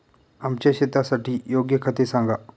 आमच्या शेतासाठी योग्य खते सांगा